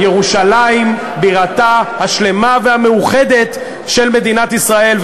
ירושלים בירתה השלמה והמאוחדת של מדינת ישראל.